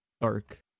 dark